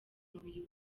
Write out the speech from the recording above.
mubiri